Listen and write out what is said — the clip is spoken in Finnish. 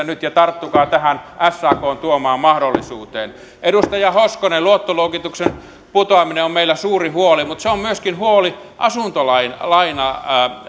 nyt ja tarttukaa tähän sakn tuomaan mahdollisuuteen edustaja hoskonen luottoluokituksen putoaminen on meillä suuri huoli mutta se on myöskin huoli asuntolainaa